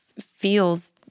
feels